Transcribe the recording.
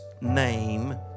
name